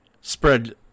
spread